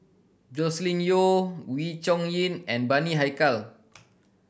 Joscelin Yeo Wee Chong Jin and Bani Haykal